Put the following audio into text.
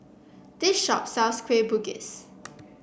this shop sells Kueh Bugis